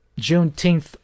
Juneteenth